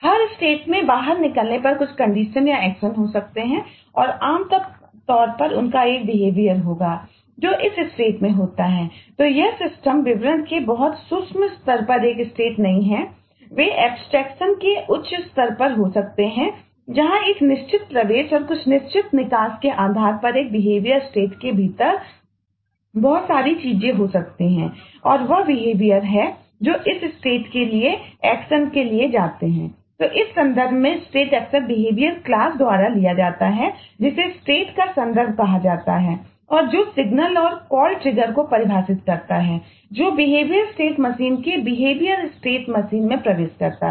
हर स्टेटमें प्रवेश करेगा